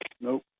Nope